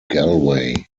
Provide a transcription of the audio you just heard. galway